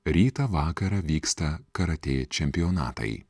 rytą vakarą vyksta karatė čempionatai